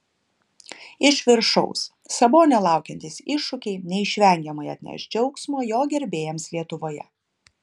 iš viršaus sabonio laukiantys iššūkiai neišvengiamai atneš džiaugsmo jo gerbėjams lietuvoje